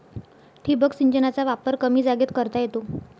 ठिबक सिंचनाचा वापर कमी जागेत करता येतो